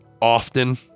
often